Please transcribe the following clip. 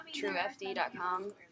truefd.com